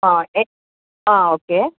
a okay